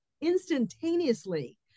instantaneously